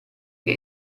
che